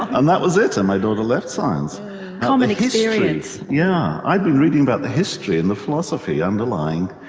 and that was it, and my daughter left science. a common experience. yeah, i'd been reading about the history and the philosophy underlying,